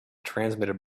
transmitted